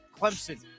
Clemson